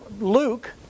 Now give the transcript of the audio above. Luke